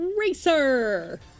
Racer